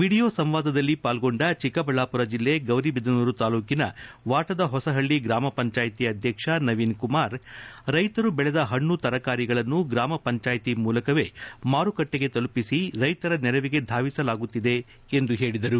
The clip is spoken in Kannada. ವಿಡಿಯೋ ಸಂವಾದದಲ್ಲಿ ಪಾಲ್ಗೊಂಡ ಚಿಕ್ಕಬಳ್ಣಾಮರ ಜೆಲ್ಲೆ ಗೌರಿಬಿದನೂರು ತಾಲೂಕಿನ ವಾಟದ ಹೊಸಹಳ್ಳಿ ಗ್ರಾಮ ಪಂಚಾಯ್ತಿ ಅಧ್ಯಕ್ಷ ನವೀನ್ ಕುಮಾರ್ ರೈತರು ಬೆಳೆದ ಹಣ್ಣು ತರಕಾರಿಗಳನ್ನು ಗ್ರಾಮ ಪಂಚಾಯಿತಿ ಮೂಲಕವೇ ಮಾರುಕಟ್ಟೆಗೆ ತಲುಪಿಸಿ ರೈತರ ನೆರವಿಗೆ ಧಾವಿಸಲಾಗುತ್ತಿದೆ ಎಂದು ಹೇಳಿದರು